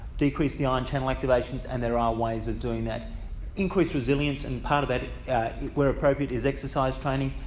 decrease the ion channel activations, and there are ways of doing that increased resilience and part of that where appropriate is exercise training.